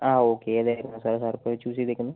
ആ ഓക്കെ ഏത് ആയിരുന്നു സാർ സാർ ഇപ്പോൾ ചൂസ് ചെയ്തേക്കുന്നത്